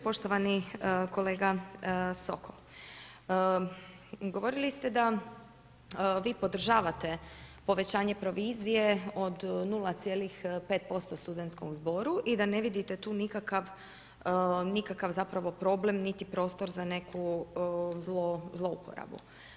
Poštovani kolega Sokol, govorili ste da vi podržavate povećanje provizije od 0,5% studenskom zboru i da ne vidite tu nikakav, nikakav zapravo problem niti prostor za neku zlouporabu.